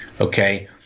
okay